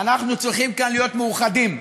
ואנחנו צריכים כאן להיות מאוחדים.